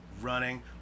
running